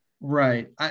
Right